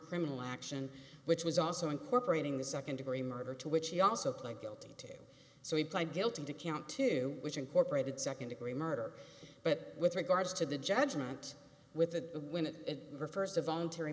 criminal act and which was also incorporating the second degree murder to which he also claimed guilty to so he pled guilty to count two which incorporated second degree murder but with regards to the judgment with the when it refers to voluntary